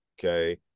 okay